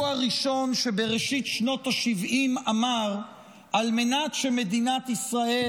הוא הראשון שבראשית שנות ה-70 אמר שעל מנת שמדינת ישראל